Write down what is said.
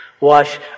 wash